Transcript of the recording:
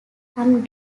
some